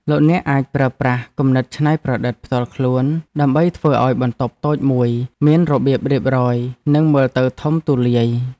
លោកអ្នកអាចប្រើប្រាស់គំនិតច្នៃប្រឌិតផ្ទាល់ខ្លួនដើម្បីធ្វើឱ្យបន្ទប់តូចមួយមានរបៀបរៀបរយនិងមើលទៅធំទូលាយ។